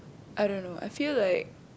I don't know I feel like